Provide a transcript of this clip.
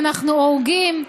אנחנו עורגים,